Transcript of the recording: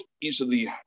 easily